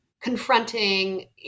confronting